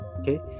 okay